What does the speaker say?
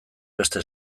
beste